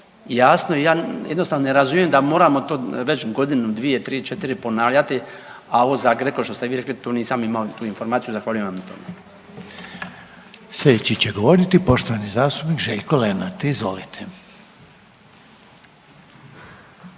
jasno i ja jednostavno ne razumijem da moramo to već godinu, dvije, tri, četiri ponavljati, a ovo za GRECO što ste vi rekli to nisam imao tu informaciju, zahvaljujem vam na tome. **Reiner, Željko (HDZ)** Slijedeći će govoriti poštovani zastupnik Željko Lenart, izvolite.